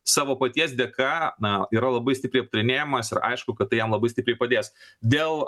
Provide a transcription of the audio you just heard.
savo paties dėka na yra labai stipriai aptarinėjamas ir aišku kad tai jam labai stipriai padės dėl